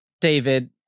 David